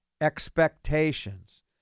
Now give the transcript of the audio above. expectations